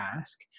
ask